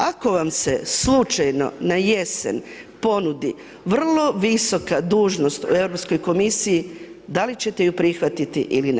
Ako vam se slučajno na jesen ponudi vrlo visoka dužnost u europskoj komisiji, da li ćete ju prihvatiti ili ne?